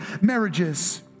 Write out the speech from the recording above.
marriages